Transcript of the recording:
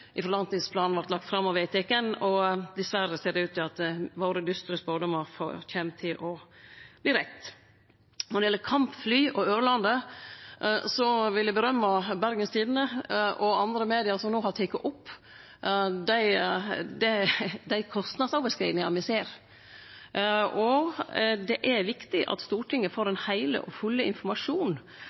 frå langtidsplanen vart lagd fram, og til han vart vedteken. Dessverre ser det ut til at dei dystre spådomane våre kjem til å verte rette. Når det gjeld kampfly og Ørlandet, vil eg rose Bergens Tidende og andre medium som har teke opp dei kostnadsoverskridingane me ser. Det er viktig at Stortinget får den heile og fulle